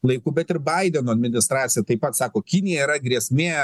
laikų bet ir baideno administracija taip pat sako kinija yra grėsmė